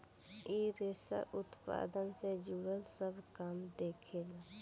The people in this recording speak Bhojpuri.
इ रेशम उत्पादन से जुड़ल सब काम देखेला